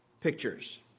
pictures